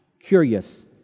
Curious